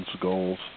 goals